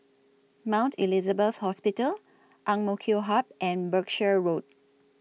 Mount Elizabeth Hospital Ang Mo Kio Hub and Berkshire Road